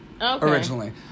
Originally